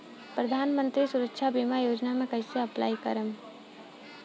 प्रधानमंत्री सुरक्षा बीमा योजना मे कैसे अप्लाई करेम?